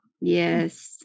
Yes